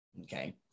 okay